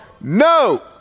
no